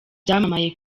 byamamaye